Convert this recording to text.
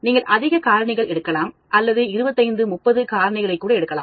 நீங்கள் அதிக காரணிகள் எடுக்கலாம்நாங்கள் 25 30 காரணிகளை கூட எடுக்கலாம்